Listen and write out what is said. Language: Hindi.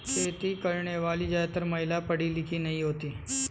खेती करने वाली ज्यादातर महिला पढ़ी लिखी नहीं होती